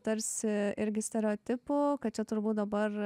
tarsi irgi stereotipų kad čia turbūt dabar